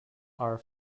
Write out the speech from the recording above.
are